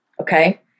Okay